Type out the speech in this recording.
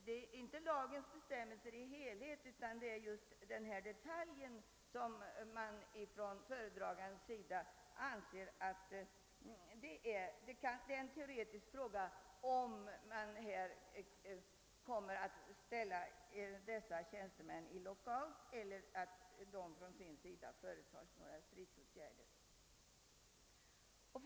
Det är inte lagens bestämmelser i sin helhet som föredragande statsrådet anser ha teoretisk innebörd, utan det är enbart den här detaljen, om staten skall kunna lockouta dessa tjänstemän eller om de å sin sida skall kunna vidta några stridsåtgärder.